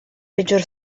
peggior